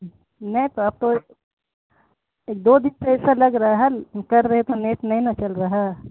نہیں تو آپ کو دو دن تو ایسا لگ رہا ہے کر رہے تو نیٹ نہیں نا چل رہا ہے